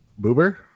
Boober